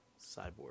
Cyborg